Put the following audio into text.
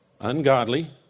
ungodly